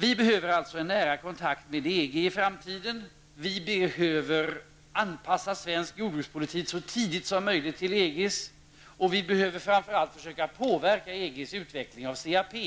Vi behöver alltså en nära kontakt med EG i framtiden, och vi behöver så tidigt som möjligt anpassa svensk jordbrukspolitik till EGs. Men framför allt måste vi försöka påverka EGs utveckling av CAP. Det